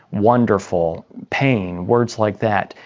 wonderful, pain, words like that.